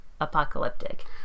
apocalyptic